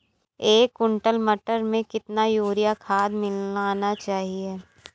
एक कुंटल मटर में कितना यूरिया खाद मिलाना चाहिए?